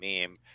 meme